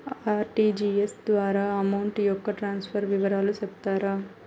RTGS ద్వారా పంపిన amount యొక్క ట్రాన్స్ఫర్ వివరాలు సెప్తారా